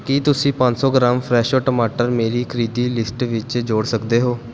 ਕਿ ਤੁਸੀਂ ਪੰਜ ਸੌ ਗ੍ਰਾਮ ਫਰੈਸ਼ੋ ਟਮਾਟਰ ਮੇਰੀ ਖਰੀਦੀ ਲਿਸਟ ਵਿੱਚ ਜੋੜ ਸਕਦੇ ਹੋ